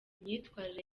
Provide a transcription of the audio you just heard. imyitwarire